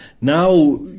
Now